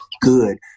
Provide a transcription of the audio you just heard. good